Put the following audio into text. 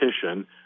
petition